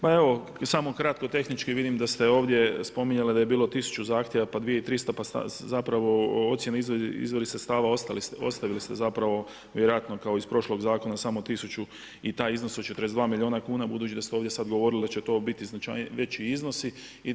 Ma evo samo kratko tehnički vidim da ste ovdje spominjali da je bilo 100 zahtjeva, pa 2300, pa zapravo ocjenu izvora sredstava, ostavili ste zapravo vjerojatno kao iz prošlog zakona samo 1000 i taj iznos od 42 milijuna kuna budući da ste ovdje sada govorili da će to biti veći iznosi.